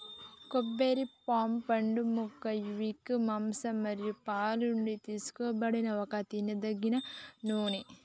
కొబ్బరి పామ్ పండుయొక్క విక్, మాంసం మరియు పాలు నుండి తీసుకోబడిన ఒక తినదగిన నూనె